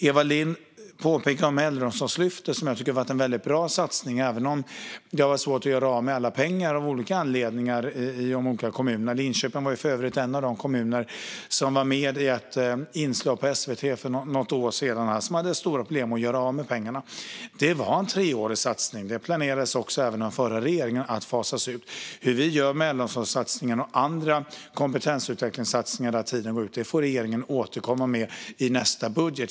Eva Lindh pekade på Äldreomsorgslyftet, som jag tycker har varit en väldigt bra satsning, även om det av olika anledningar har varit svårt att göra av med alla pengar i de olika kommunerna. Linköping var för övrigt en av de kommuner som var med i ett inslag på SVT för något år sedan och som hade stora problem att göra av med pengarna. Det var en treårig satsning. Det planerades att fasas ut även av den förra regeringen. Hur vi gör med äldreomsorgssatsningarna och andra kompetensutvecklingssatsningar när tiden för dem går ut får regeringen återkomma om i nästa budget.